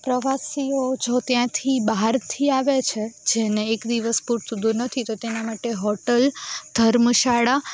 પ્રવાસીઓ જો ત્યાંથી બહારથી આવે છે જેને એક દિવસ પૂરતું દૂર નથી તો તેના માટે હોટલ ધર્મશાળા